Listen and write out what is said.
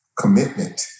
commitment